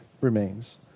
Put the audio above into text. remains